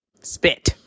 Spit